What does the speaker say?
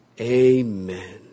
Amen